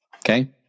Okay